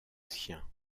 siens